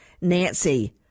nancy